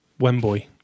Wemboy